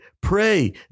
pray